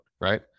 right